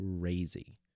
crazy